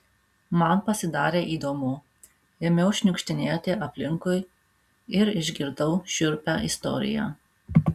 man pasidarė įdomu ėmiau šniukštinėti aplinkui ir išgirdau šiurpią istoriją